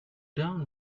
down